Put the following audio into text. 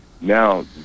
now